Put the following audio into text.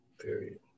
Period